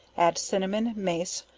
add cinnamon, mace,